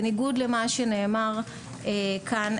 בניגוד למה שנאמר כאן,